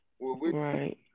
Right